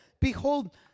behold